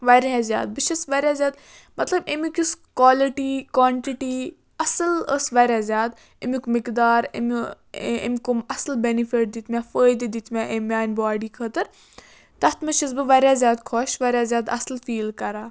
واریاہ زیادٕ بہٕ چھَس واریاہ زیادٕ مطلب اَمیُک یُس کوالٹی کوانٹِٹی اصٕل ٲس واریاہ زیادٕ اَمیُک مقدار أمۍ ٲں أمۍ کُم اصٕل بیٚنِفِٹ دِتۍ مےٚ فٲیدٕ دِتۍ مےٚ أمۍ میانہِ باڈی خٲطرٕ تَتھ منٛز چھَس بہٕ واریاہ زیادٕ خۄش واریاہ زیادٕ اصٕل فیٖل کَران